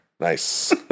nice